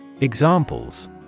Examples